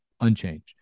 unchanged